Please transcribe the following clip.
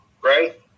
right